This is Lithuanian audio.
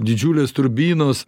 didžiulės turbinos